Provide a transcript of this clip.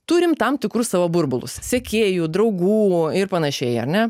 turim tam tikrus savo burbulus sekėjų draugų ir panašiai ar ne